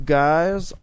guys